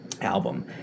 album